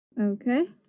okay